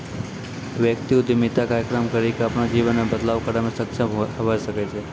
व्यक्ति उद्यमिता कार्यक्रम करी के अपनो जीवन मे बदलाव करै मे सक्षम हवै सकै छै